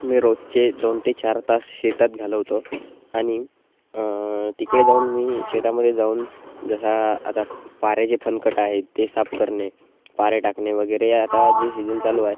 मी रोजचे दोन ते चार तास शेतात घालवतो आनि तिकडे जाऊन मी शेतामध्ये जाऊन जसा आता पाऱ्याचे तनकट आहेत ते साफ करणे पारे टाकणे वगैरे आता जे सीजन चालू आहे